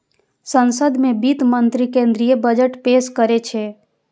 संसद मे वित्त मंत्री केंद्रीय बजट पेश करै छै